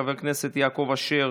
חבר הכנסת יעקב אשר,